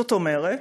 זאת אומרת,